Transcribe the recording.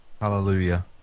Hallelujah